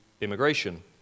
immigration